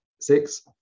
Six